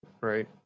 right